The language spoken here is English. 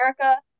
America